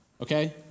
okay